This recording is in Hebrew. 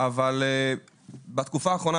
אבל בתקופה האחרונה,